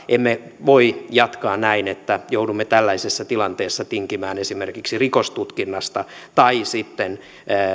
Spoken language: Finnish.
emme voi jatkaa näin että joudumme tällaisessa tilanteessa tinkimään esimerkiksi rikostutkinnasta tai sitten